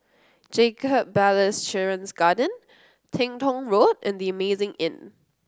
Jacob Ballas Children's Garden Teng Tong Road and The Amazing Inn